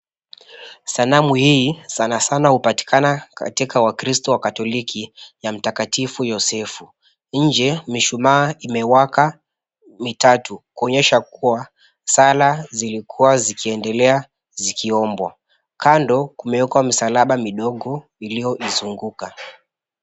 Salamu hii sanasana hupatikana katika wakristo wa katholiki ya mtakatifu yosefu. Nje mishuma imewaka mitatu kuonyesha kuwa sala zilikuwa zikiendelea zikiombwa, kando kumewekwa misalaba midogo iliyoizunguka.